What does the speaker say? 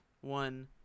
one